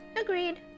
Agreed